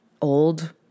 old